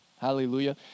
hallelujah